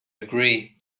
agree